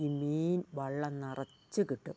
ഈ മീൻ വള്ളം നിറച്ച് കിട്ടും